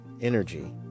energy